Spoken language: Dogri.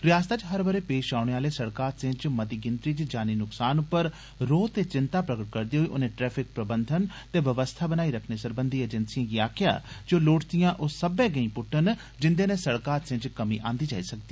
रियासतै च हर ब'रे पेष औने आले सड़क हादसें च मती गिनत्री च जानी नुक्सान पर रौह ते चिंता प्रगट करदे होई उनें ट्रैफिक प्रबंधन ते व्यवस्था बनाई रक्खने सरबंधी एजेंसिए गी आक्खेआ जे ओह लोड़चदिया ओह सब्बै गैंई पुट्टन जिन्दे नै सड़क हादसें च कमी आंदी जाई सकै